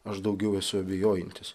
aš daugiau esu abejojantis